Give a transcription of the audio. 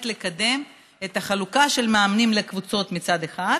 לקדם את החלוקה של מאמנים לקבוצות מצד אחד,